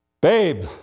Babe